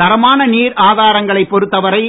தரமான நீர் ஆதாரங்களைப் பொறுத்த வரை